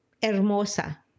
hermosa